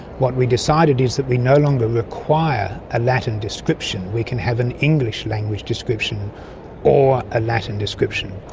what we decided is that we no longer require a latin description, we can have an english-language description or a latin description.